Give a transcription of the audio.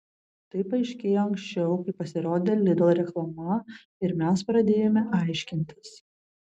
tai paaiškėjo anksčiau kai pasirodė lidl reklama ir mes pradėjome aiškintis